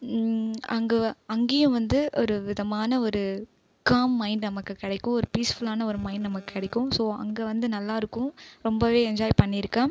அங்கே அங்கேயும் வந்து ஒருவிதமான ஒரு காம் மைன்டு நமக்குக் கிடைக்கும் ஒரு பீஸ்ஃபுல்லான ஒரு மைன்டு நமக்குக் கிடைக்கும் ஸோ அங்கே வந்து நல்லாயிருக்கும் ரொம்பவே என்ஜாய் பண்ணியிருக்கேன்